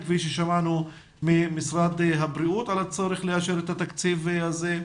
כפי ששמענו ממשרד הבריאות יש צורך לאשר את התקציב הזה.